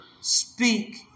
speak